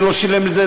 זה לא שילם לזה,